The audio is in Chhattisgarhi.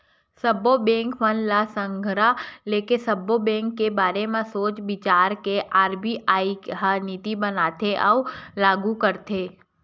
सब्बो बेंक मन ल संघरा लेके, सब्बो बेंक के बारे म सोच बिचार के आर.बी.आई ह नीति बनाथे अउ लागू करथे